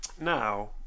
now